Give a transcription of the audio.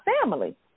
family